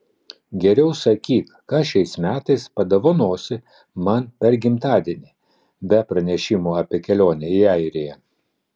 geriau sakyk ką šiais metais padovanosi man per gimtadienį be pranešimo apie kelionę į airiją